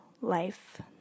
life